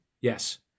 Yes